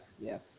yes